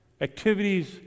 activities